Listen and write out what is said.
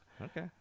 Okay